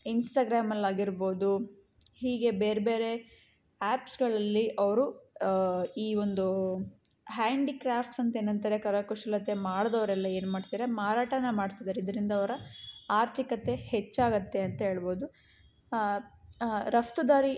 ಇನ್ಸ್ಟಾಗ್ರಾಮಲ್ಲಿ ಆಗಿರ್ಬೋದು ಹೀಗೆ ಬೇರೆಬೇರೆ ಆ್ಯಪ್ಸ್ಗಳಲ್ಲಿ ಅವರು ಈ ಒಂದು ಹ್ಯಾಂಡಿಕ್ರಾಫ್ಟ್ಸ್ ಅಂತ ಏನಂತಾರೆ ಕರಕುಶಲತೆ ಮಾಡಿದವ್ರೆಲ್ಲಾ ಏನು ಮಾಡ್ತಿದ್ದಾರೆ ಮಾರಾಟವನ್ನು ಮಾಡ್ತಿದ್ದಾರೆ ಇದರಿಂದ ಅವರ ಆರ್ಥಿಕತೆ ಹೆಚ್ಚಾಗುತ್ತೆ ಅಂತ ಹೇಳ್ಬೋದು ರಫ್ತುದಾರಿ